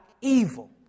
evil